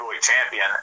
champion